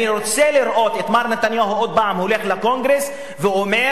אני רוצה לראות את מר נתניהו עוד פעם הולך לקונגרס ואומר